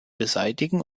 beseitigen